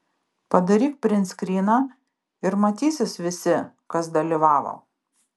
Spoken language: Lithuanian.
padaryk printskryną ir matysis visi kas dalyvavo